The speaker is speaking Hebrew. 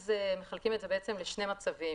אז מחלקים את זה לשני מצבים.